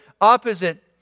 opposite